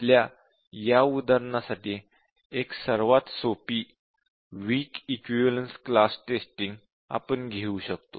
आपल्या या उदाहरणासाठी एक सर्वात सोपी वीक इक्विवलेन्स क्लास टेस्टिंग आपण घेऊ शकतो